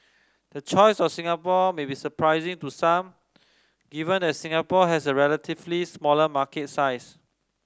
the choice of Singapore may be surprising to some given that Singapore has a relatively smaller market size